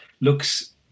looks